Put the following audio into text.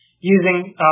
using